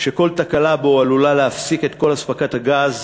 וכל תקלה בו עלולה להפסיק את כל אספקת הגז.